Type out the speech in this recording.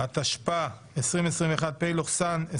התשפ"א-2021 (פ/2140/24),